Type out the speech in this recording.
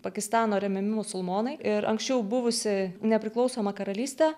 pakistano remiami musulmonai ir anksčiau buvusi nepriklausoma karalystė